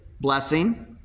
blessing